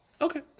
Okay